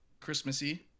Christmassy